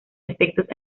efectos